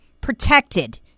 protected